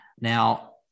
Now